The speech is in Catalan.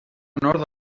nord